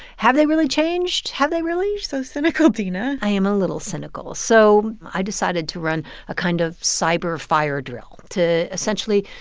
have they really changed? have they really? you're so cynical, dina i am a little cynical, so i decided to run a kind of cyber fire drill to, essentially,